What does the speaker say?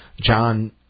John